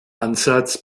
ansatz